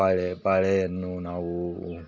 ಬಾಳೆ ಬಾಳೆಯನ್ನು ನಾವು